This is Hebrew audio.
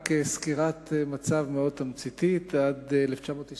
רק סקירת מצב מאוד תמציתית: עד 1996